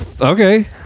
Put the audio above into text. okay